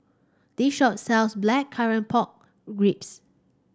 this shop sells Blackcurrant Pork Ribs